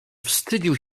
wstydził